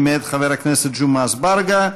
היא מאת חבר הכנסת ג'מעה אזברגה: